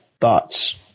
Thoughts